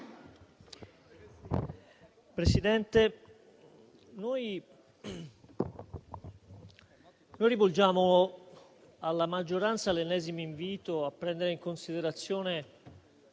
Presidente, rivolgiamo alla maggioranza l'ennesimo invito a prendere in considerazione